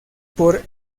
por